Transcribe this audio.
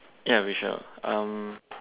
ya we shall um